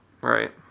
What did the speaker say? Right